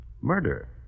murder